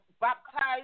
baptized